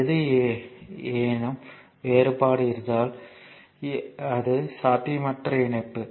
எது என்னும் வேறுபாடு இருந்தால் அது சாத்தியமற்ற இணைப்பு